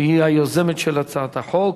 שהיא היוזמת של הצעת החוק.